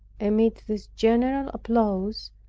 amid this general applause,